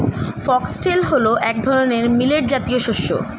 foxtail হল এক ধরনের মিলেট জাতীয় শস্য